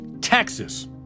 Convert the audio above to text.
Texas